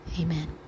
amen